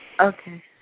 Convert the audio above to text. Okay